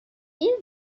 این